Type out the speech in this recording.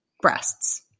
breasts